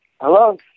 Hello